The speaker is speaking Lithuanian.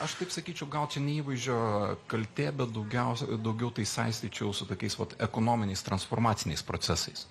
aš taip sakyčiau gal čia ne įvaizdžio kaltė bet daugiausia daugiau tai saistyčiau su tokiais vat ekonominiais transformaciniais procesais